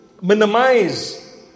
minimize